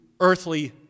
earthly